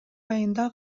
айында